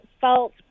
felt